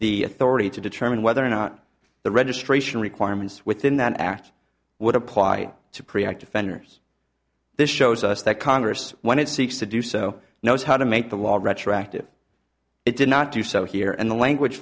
the story to determine whether or not the registration requirements within that act would apply to preemptive fenner's this shows us that congress when it seeks to do so knows how to make the law retroactive it did not do so here and the language